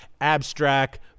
abstract